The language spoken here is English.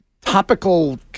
topical